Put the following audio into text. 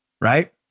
Right